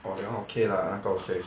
orh that [one] okay lah